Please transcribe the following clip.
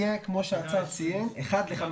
שהיחס יהיה כמו שהשר ציין: אחד לחמש.